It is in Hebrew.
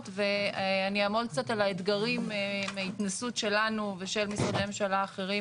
ואני אעמוד קצת על האתגרים מההתנסות שלנו ושל משרדי ממשלה אחרים